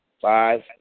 five